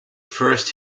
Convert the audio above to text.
first